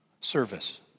service